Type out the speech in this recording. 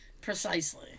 Precisely